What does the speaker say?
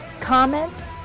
comments